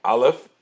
Aleph